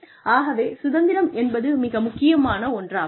ஆகவே சுதந்திரம் என்பது மிக முக்கியமான ஒன்றாகும்